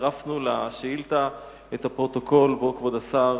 צירפנו לשאילתא את הפרוטוקול שבו כבוד השר